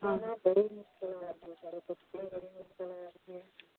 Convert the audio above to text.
हां